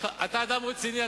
אתה אדם רציני,